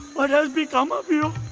what has become of you?